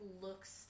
looks